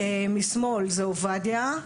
משמאל זה עובדיה,